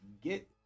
get